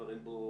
כמו שאתה אומר,